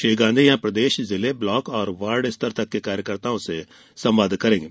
श्री गांधी यहां प्रदेश जिले ब्लॉक वार्ड स्तर तक के कार्यकर्ताओं से संवाद करेंगे